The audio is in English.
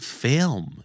film